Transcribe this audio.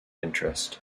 interest